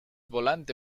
volante